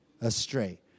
astray